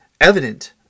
evident